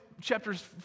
chapters